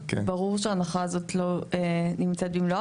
ברור שההנחה הזאת לא נמצאת במלואה,